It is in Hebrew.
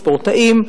ספורטאים,